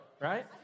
right